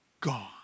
gone